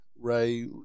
ray